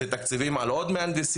זה תקציבים על עוד מהנדסים,